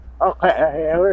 Okay